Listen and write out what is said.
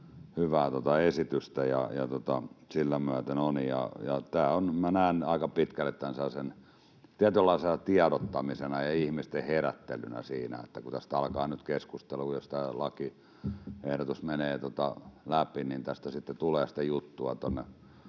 hyvää esitystä ja sillä myöten ovat. Minä näen aika pitkälle tämän sellaisena tietynlaisena tiedottamisena ja ihmisten herättelynä siinä, kun tästä alkaa nyt keskustelu. Jos tämä lakiehdotus menee läpi, niin tästä sitten tulee juttua tuonne